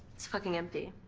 it's fucking empty.